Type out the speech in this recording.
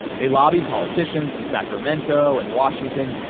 they lobbied politicians in sacramento and washington,